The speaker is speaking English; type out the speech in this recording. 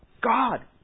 God